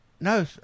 No